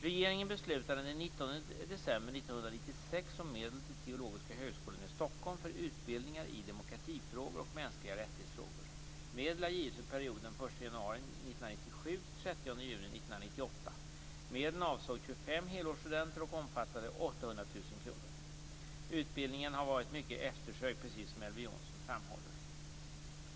Regeringen beslutade den 19 december 1996 om medel till Teologiska Högskolan i Stockholm för utbildningar i demokratifrågor och mänskliga rättighetsfrågor. Medel har givits för perioden den helårsstudenter och omfattade 800 000 kr. Utbildningen har varit mycket eftersökt precis som Elver Jonsson framhåller.